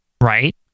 Right